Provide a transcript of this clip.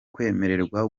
kwemererwa